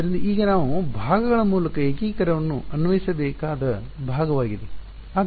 ಆದ್ದರಿಂದ ಈಗ ನಾವು ಭಾಗಗಳ ಮೂಲಕ ಏಕೀಕರಣವನ್ನು ಅನ್ವಯಿಸಬೇಕಾದ ಭಾಗವಾಗಿದೆ